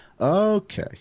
okay